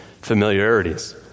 familiarities